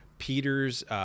Peter's